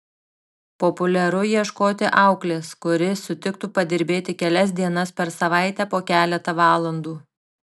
populiaru ieškoti auklės kuri sutiktų padirbėti kelias dienas per savaitę po keletą valandų